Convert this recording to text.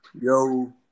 Yo